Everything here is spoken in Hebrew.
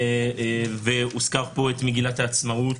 והוזכרה כאן מגילת העצמאות